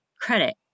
credit